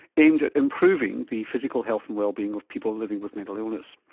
aimed at improving the physical health and well-being of people living with mental illness.